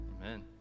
Amen